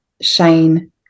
shane